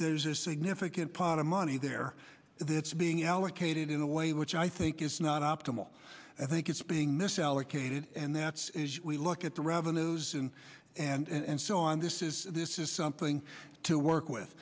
there's a significant pot of money there that's being allocated in a way which i think is not optimal i think it's being misallocated and that's we look at the revenues and and so on this is this is something to work with